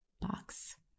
box